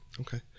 okay